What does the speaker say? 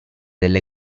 delle